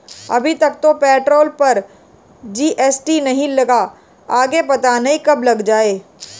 अभी तक तो पेट्रोल पर जी.एस.टी नहीं लगा, आगे पता नहीं कब लग जाएं